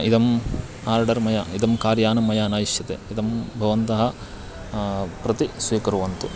इदम् आर्डर् मया इदं कार्यानं मया न इष्यते इदं भवन्तः प्रति स्वीकुर्वन्तु